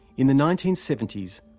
in the nineteen seventy s,